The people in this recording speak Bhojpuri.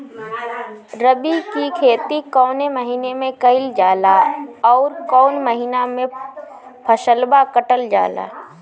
रबी की खेती कौने महिने में कइल जाला अउर कौन् महीना में फसलवा कटल जाला?